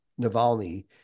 Navalny